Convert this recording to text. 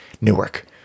newark